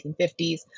1950s